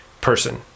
person